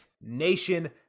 Nation